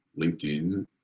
LinkedIn